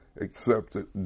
accepted